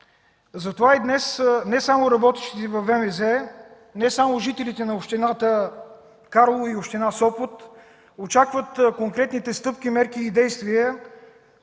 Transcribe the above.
Затова и днес не само работещите във ВМЗ, не само жителите на общините Карлово и Сопот очакват конкретните стъпки, мерки, действия